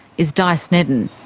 is di sneddon.